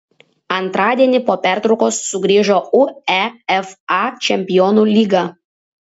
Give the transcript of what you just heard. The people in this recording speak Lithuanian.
antradienį po pertraukos sugrįžo uefa čempionų lyga